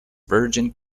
virgin